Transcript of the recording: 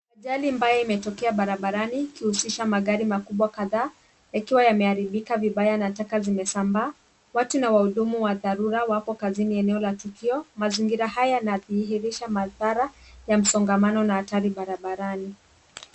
Ajali mbaya imetokea barabarani ikihusisha magari makubwa kadhaa yakiwa yameharibika vibaya na taka zimesambaa . Watu na wahudumu wa dharura wako kazini eneo la tukio. Mazingira haya yanadhihirisha madhara ya msongamano na hatari barabarani.